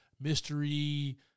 mystery